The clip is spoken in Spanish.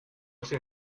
sin